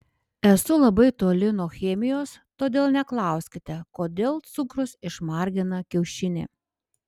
esu labai toli nuo chemijos todėl neklauskite kodėl cukrus išmargina kiaušinį